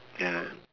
ya